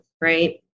right